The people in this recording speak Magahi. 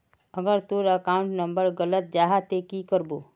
अगर तोर अकाउंट नंबर गलत जाहा ते की करबो?